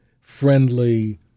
friendly